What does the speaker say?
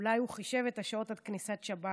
אולי הוא חישב את השעות עד כניסת השבת,